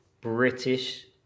British